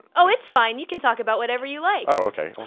oh, it's fine, you can talk about whatever you like. oh, okay.